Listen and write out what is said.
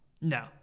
No